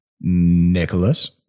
Nicholas